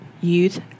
Youth